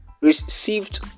received